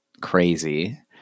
crazy